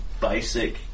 basic